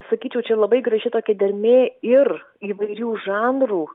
sakyčiau čia labai graži tokia dermė ir įvairių žanrų